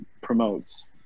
promotes